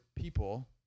people